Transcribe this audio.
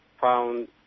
found